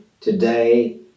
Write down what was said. today